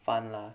fun lah